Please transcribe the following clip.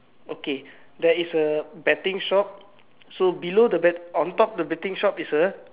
okay there is a betting shop so below the bet on top the betting shop is a